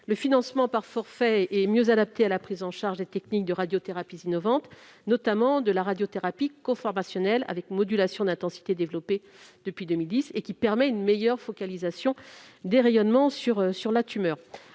Le financement par forfait est mieux adapté à la prise en charge des techniques de radiothérapie innovantes, notamment la radiothérapie conformationnelle avec modulation d'intensité développée depuis 2010, qui permet une meilleure focalisation des rayonnements sur la tumeur.